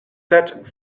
set